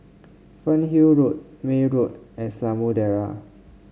Fernhill Road May Road and Samudera